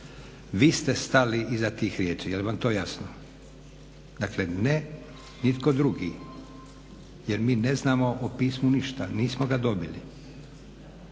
vi ste stali iza tih riječi, je li vam to jasno, dakle ne nitko drugi jer mi ne znamo o pismu ništa, nismo ga dobili,